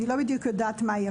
אני לא בדיוק יודעת מה היא,